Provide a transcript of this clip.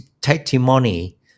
testimony